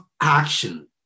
action